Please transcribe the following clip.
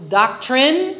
doctrine